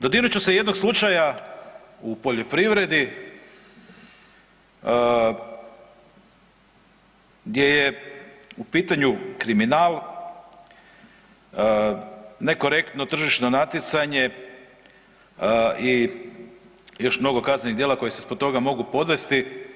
Dodirnut ću se jednog slučaja u poljoprivredi gdje je u pitanju kriminal, nekorektno tržišno natjecanje i još mnogo kaznenih djela koje se ispod toga mogu podvesti.